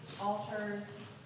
altars